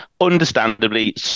understandably